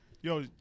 Yo